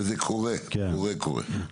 וזה קורה, קורה, קורה.